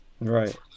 right